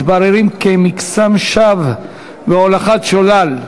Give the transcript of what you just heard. מתבררות כמקסם שווא והולכת שולל.